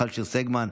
מיכל שיר סגמן,